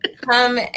come